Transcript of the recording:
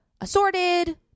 assorted